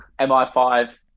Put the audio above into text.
MI5